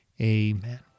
Amen